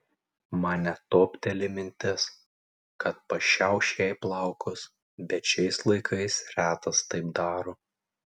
man net topteli mintis kad pašiauš jai plaukus bet šiais laikais retas taip daro